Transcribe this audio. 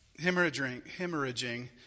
hemorrhaging